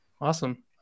Awesome